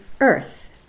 earth